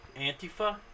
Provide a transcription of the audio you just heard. Antifa